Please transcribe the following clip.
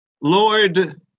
Lord